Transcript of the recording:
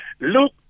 Look